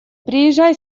приезжай